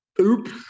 oops